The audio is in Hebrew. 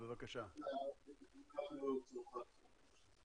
מעולם לא שמעתי אותו במיוט.